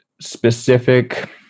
specific